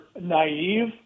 naive